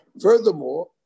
Furthermore